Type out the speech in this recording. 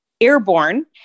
Airborne